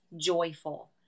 joyful